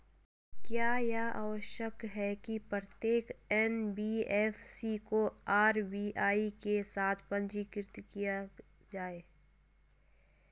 क्या यह आवश्यक है कि प्रत्येक एन.बी.एफ.सी को आर.बी.आई के साथ पंजीकृत किया जाए?